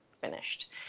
finished